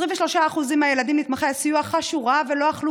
23% מהילדים נתמכי הסיוע חשו רע ולא אכלו